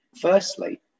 Firstly